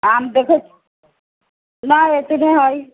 आम देखऽ ना इतने है